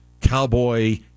Cowboy